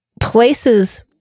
places